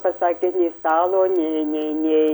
pasakė nei stalo nei nei nei